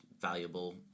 valuable